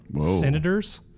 senators